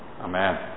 amen